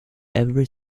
every